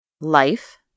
Life